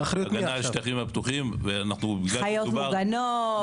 הגנה על השטחים הפתוחים- -- חיות מוגנות?